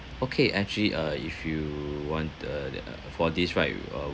okay actually uh if you want the uh for this right uh